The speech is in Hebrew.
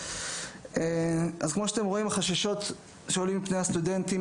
אז כמו שאתם רואים החששות שעולים מהסטודנטים